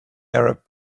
arab